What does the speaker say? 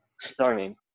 starting